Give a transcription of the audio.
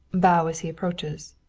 bow as he approaches.